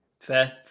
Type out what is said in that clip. Fair